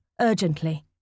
urgently